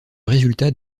résultat